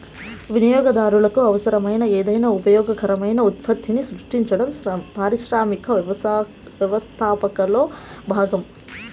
వినియోగదారులకు అవసరమైన ఏదైనా ఉపయోగకరమైన ఉత్పత్తిని సృష్టించడం పారిశ్రామిక వ్యవస్థాపకతలో భాగం